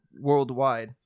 worldwide